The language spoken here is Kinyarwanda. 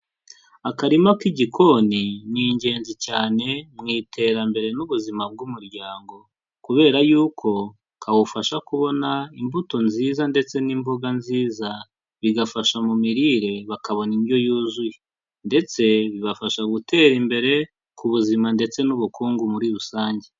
Akarima k'igikoni ni ingenzi cyane mu iterambere n'ubuzima bw'umuryango, kubera yuko kawufasha kubona imbuto nziza ndetse n'imboga nziza, bigafasha mu mirire bakabona indyo yuzuye; ndetse bibafasha gutera imbere ku buzima ndetse n'ubukungu muri rusange.